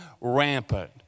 rampant